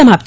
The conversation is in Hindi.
समाप्त